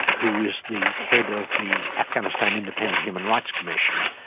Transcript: who is the head of the afghanistan independent human rights commission.